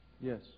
Yes